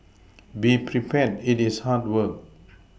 be prepared it is hard work